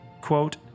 quote